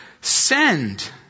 send